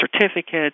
certificates